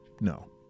no